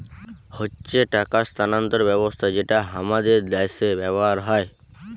হচ্যে টাকা স্থানান্তর ব্যবস্থা যেটা হামাদের দ্যাশে ব্যবহার হ্যয়